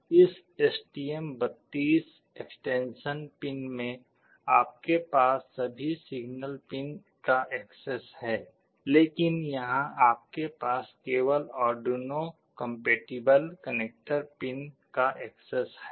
इस STM thirty two extension pin में आपके पास सभी सिग्नल पिन का एक्सेस है लेकिन यहां आपके पास केवल आर्डुइनो कम्पेटिबल कनेक्टर पिन का एक्सेस है